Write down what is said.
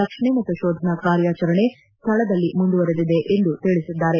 ರಕ್ಷಣೆ ಮತ್ತು ಶೋಧನಾ ಕಾರ್ಯಾಚರಣೆ ಸ್ವಳದಲ್ಲಿ ಮುಂದುವರೆದಿದೆ ಎಂದು ತಿಳಿಸಿದ್ದಾರೆ